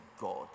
God